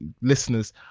listeners